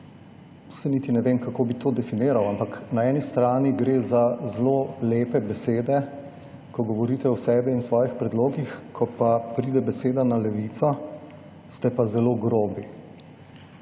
saj niti ne vem kako bi to definiral, ampak na eni strani gre za zelo lepe besede, ko govorite o sebi in svojih predlogih, ko pa pride beseda na Levica, ste pa zelo grobi.